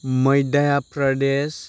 Madhya Pradesh